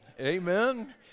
Amen